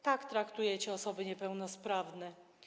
Tak traktujecie osoby niepełnosprawne.